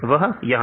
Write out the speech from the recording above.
वह यहां है